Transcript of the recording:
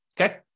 Okay